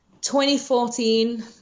2014